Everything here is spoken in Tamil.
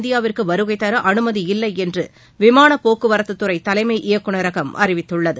இந்தியாவிற்கு வருகை தர அனுமதி இல்லை என்று விமானப்போக்குவரத்துத்துறை தலைமை இயக்குநரகம் அறிவித்துள்ளது